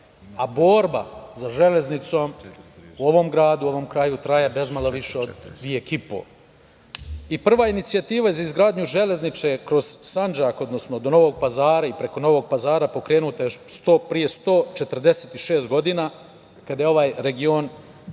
a borba za železnicom u ovom gradu, u ovom kraju traje bezmalo više od vek i po. Prva inicijativa je za izgradnju železnice kroz Sandžak, odnosno do Novog Pazara i preko Novog Pazara pokrenuta je još pre 146 godina, a kada je ovaj region